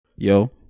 Yo